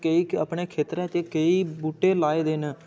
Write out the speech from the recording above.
केईं अपने खेत्तरें च केईं बूह्टे लाए दे न